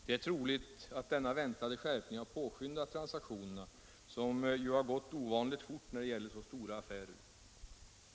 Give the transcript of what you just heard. Det är troligt att denna väntade skärpning har påskyndat transaktionerna, som ju har gått ovanligt fort för att gälla så stora affärer.